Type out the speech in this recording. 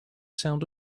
sound